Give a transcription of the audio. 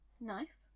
nice